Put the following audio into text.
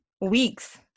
weeks